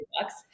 bucks